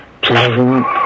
pleasant